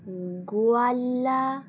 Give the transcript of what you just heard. গোয়ালা